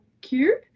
cube